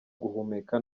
guhumeka